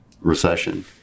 recession